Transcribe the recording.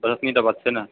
बस एतनीटा बात छै ने